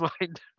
mind